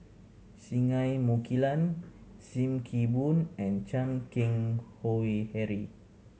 Singai Mukilan Sim Kee Boon and Chan Keng Howe Harry